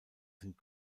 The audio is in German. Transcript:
sind